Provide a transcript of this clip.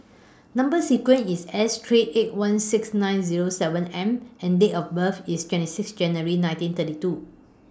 Number sequence IS S three eight one six nine Zero seven M and Date of birth IS twenty six January nineteen thirty two